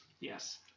Yes